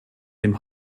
dem